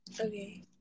Okay